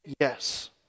Yes